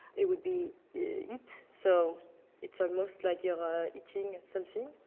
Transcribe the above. it would be eat so it's almost like you're eating something,